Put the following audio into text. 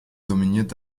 dominiert